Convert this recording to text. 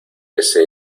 ese